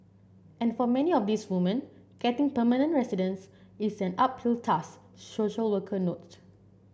and for many of these woman getting permanent residence is an uphill task social worker note